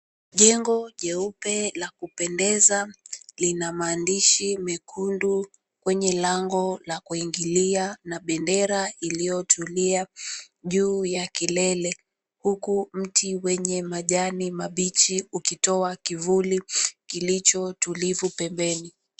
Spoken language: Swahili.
Jengo jeupe la kupendeza lina maandishi mekundu kwenye lango la kuingilia na bendera iliyotulia juu ya kilele, huku mti wenye majani mabichi ukitoa kivuli kilicho tulivu pembeni.